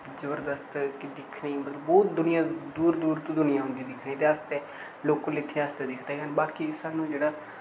जबरदस्त कि दिक्खने गी मतलब बहुत दुनिया दूर दूर तो दुनिया औंदी दिक्खने इदे आस्तै लोकल इत्थे आस्तै दिखदे गै न बाकी स्हानू जेह्ड़ा